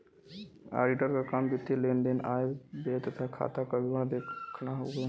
auditor क काम वित्तीय लेन देन आय व्यय तथा खाता क विवरण देखना हउवे